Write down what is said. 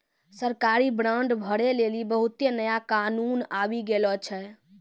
सरकारी बांड भरै लेली बहुते नया कानून आबि गेलो छै